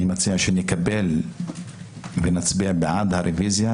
אני מציע שנקבל ונצביע בעד הרביזיה,